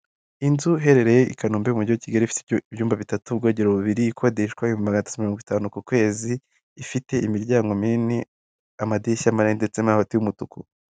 Inzu iherereye i kanombe mu mugi wa Kigali ifite ibyumba bitatu, ubwogero bubiri ikodeshwa ibihumbu magana atatu na mirongo itanu ku kwezi, ifite imiryango minini amadirishya manini ndetse n'amabati y'umutuku.